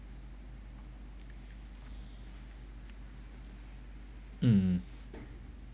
um